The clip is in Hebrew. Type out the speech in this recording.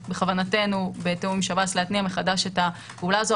בכוונתנו בתיאום עם שב"ס להתניע מחדש את הפעולה הזאת.